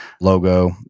logo